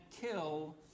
kill